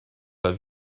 pas